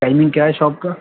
timing کیا ہے shop کا